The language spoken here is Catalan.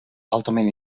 altament